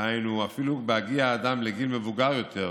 דהיינו, אפילו בהגיע האדם לגיל מבוגר יותר,